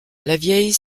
lavieille